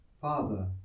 Father